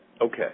Okay